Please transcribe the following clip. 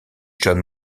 john